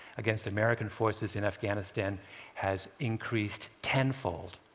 against american forces in afghanistan has increased tenfold.